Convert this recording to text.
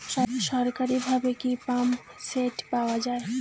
সরকারিভাবে কি পাম্পসেট পাওয়া যায়?